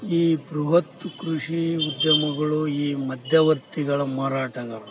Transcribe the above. ಈ ಬೃಹತ್ ಕೃಷಿ ಉದ್ಯಮಗಳು ಈ ಮಧ್ಯವರ್ತಿಗಳ ಮಾರಾಟಗಾರು